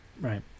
right